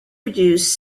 reduced